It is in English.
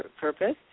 purpose